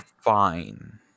fine